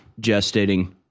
gestating